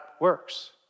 works